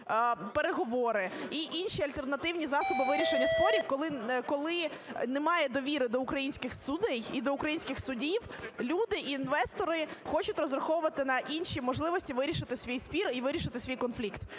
переговори, і інші альтернативні засоби вирішення спорів, коли немає довіри до українських суддів і до українських судів, люди, інвестори хочуть розраховувати на інші можливості вирішити свій спір і вирішити свій конфлікт.